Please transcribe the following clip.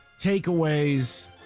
takeaways